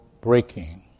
breaking